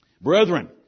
Brethren